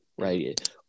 Right